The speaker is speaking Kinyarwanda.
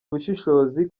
ubushishozi